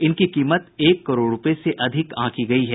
इनकी कीमत एक करोड़ रूपये से अधिक आंकी गयी है